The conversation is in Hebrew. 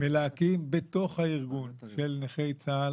מהקמה בתוך ארגון נכי צה"ל